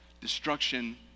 destruction